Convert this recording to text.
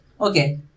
Okay